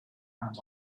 and